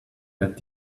that